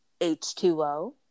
H2O